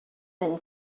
been